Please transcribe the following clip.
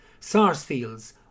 Sarsfields